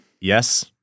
yes